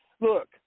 look